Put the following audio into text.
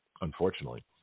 unfortunately